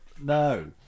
no